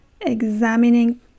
examining